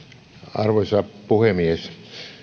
arvoisa puhemies